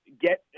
get